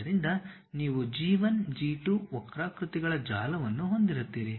ಆದ್ದರಿಂದ ನೀವು G 1 G 2 ವಕ್ರಾಕೃತಿಗಳ ಜಾಲವನ್ನು ಹೊಂದಿರುತ್ತೀರಿ